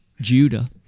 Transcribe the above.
Judah